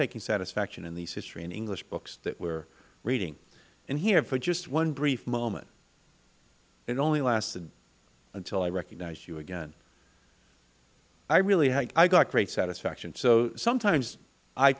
taking satisfaction in these history and english books that we are reading and here for just one brief moment it only lasted until i recognized you again i got great satisfaction so sometimes i